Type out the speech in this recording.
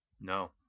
No